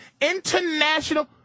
International